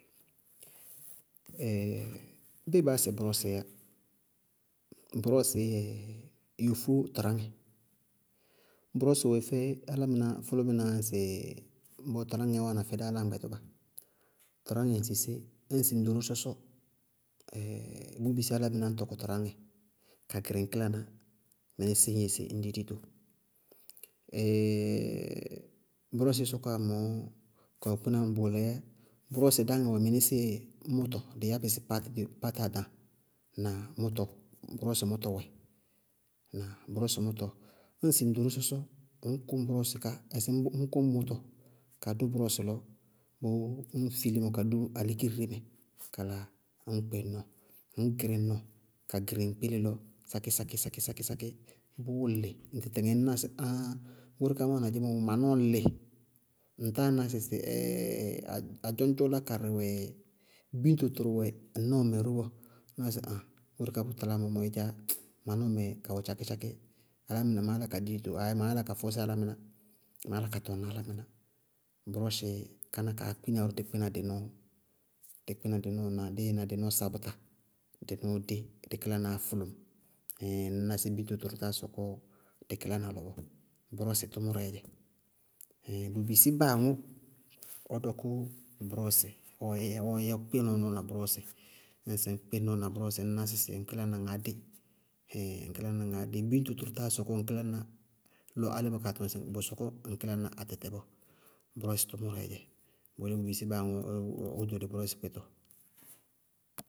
béé baá yá sɩ brɔɔsɩí yá? Brɔɔsɩí yofó tɔráŋɛ, brɔɔsɩí wéfé álámɩná fʋlʋmɩná ŋsɩ bɔɔ tɔráŋɛɛ wáana fɛ dá áláñgbɩtʋba. Tɔráŋɛ ŋsɩ sé? Ŋsɩ ŋ ɖoró sɔsɔ, bʋʋ bisí álámɩnáá tɔkɔ tɔráŋɛ kakɩnrɩ tʋláná mɩnísí ñ yɛ sé? Ñndi dito. brɔɔsɩí sɔkɔwá mɔɔ, ka wɛ kpínaná bʋʋlɛɛ yá bʋrɔɔsɩ dáŋɛ ñka wɛ mɩnɩsɩɩ mʋtɔ, dɩí yákɩ sɩ pát- pát adañ. Ŋnáa? Mʋtɔ, bʋrɔɔsɩ mʋtɔ wɛ na bʋrɔɔsɩ mʋtɔ. Ñŋsɩ ŋ ɖoró sɔsɔ, ŋñkʋñ bʋrɔɔsɩ ká ayé sɩ ŋñkʋñ mʋtɔ ka dʋ bʋrɔɔsɩ lɔ bʋʋ ññ fi límɔ ka dʋ alikiriri mɛ kala ññ kpɩ ŋnɔɔ, ŋñ gɩrí ŋnɔɔ ka gɩrɩ ŋŋkpéle lɔ sákí- sákí- sákí- sákí- sákí ŋ bʋʋ lɩ tɩtɩŋɛ ŋñná sɩ aŋŋ! Goóre kaá má wáana dzeémɔ mɔ ma nɔɔ líɩ. Ŋtáa ná sɩ atɔñtɔlá karɩ biñto tʋrʋ wɛ ŋnɔɔmɛ ró bɔɔ. Ñná sɩ aŋŋ! Goóre kaá bʋ taláa mɔɔ, ídzá ma nɔɔmɛ wɛ tchákí- tchákí bʋyá mɩnɛ maá yála ka di dito, aayí maá yála ka fɔsí álámɩná, maá yála ka tɔŋná álámɩná, brɔɔsɩí káná kaá kpína dʋ dɩí kpína sɩ nɔɔ, dí kpɩná dɩ nɔɔ, dí kpɩná dɩ nɔɔ na dɩ na dɩ nɔɔɔ sabʋta dé kí nɔɔ dɩ dé kílanàá fʋlʋŋ, ɛɛin ŋñná sɩ biñto tʋrʋ táa sɔkɔ dɩ kílaná lɔ bɔɔ brɔɔsɩ tʋmʋrɛɛ dzɛ. ɛɛin bʋ bisí báa aŋʋʋ ɔ dɔkʋ bʋrɔɔsɩ ɔyɛ ɔɔ yɛ ɔɔ kpí ɔ nɔɔ na brɔɔsɩ, ñŋñ kpí ŋnɔɔ na brɔɔsɩ ŋñná sɩ ŋ kílaná ŋaá dé, ɛɛin ŋ kílaná ŋaá dé biñto táa sɔkɔ ŋ kílaná lɔ álɩ bá kaa tɔŋsɩ bʋ sɔkɔ ŋ kílaná atɛtɛ bɔɔ. Bʋrɔɔsɩ tʋmʋrɛɛ dzɛ. Bʋ yelé bʋ bisí báa aŋʋ ɔ ɖoli bʋrɔɔsɩ kpínatɔ.